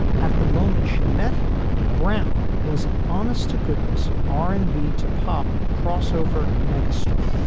at the moment, she met him. brown was an honest to goodness r and b, to pop crossover megastar